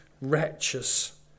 wretches